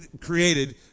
created